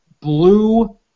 Blue